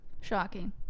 Shocking